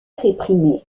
réprimée